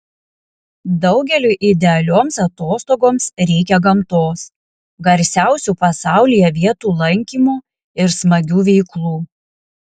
daugeliui idealioms atostogoms reikia gamtos garsiausių pasaulyje vietų lankymo ir smagių veiklų